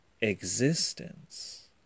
existence